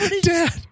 Dad